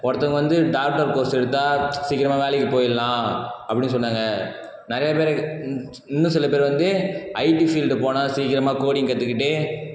ஒருத்தவங்க வந்து doctor course எடுத்தால் சீக்கிரமாக வேலைக்கு போய்டலாம் அப்படின்னு சொன்னாங்க நிறைய பேர் இன் இன்னும் சில பேர் வந்து ஐடி ஃபீல்டு போனால் சீக்கிரமாக கோடிங் கற்றுக்கிட்டு